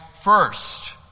first